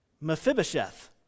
Mephibosheth